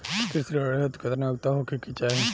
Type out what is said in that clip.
कृषि ऋण हेतू केतना योग्यता होखे के चाहीं?